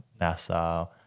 NASA